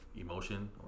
emotion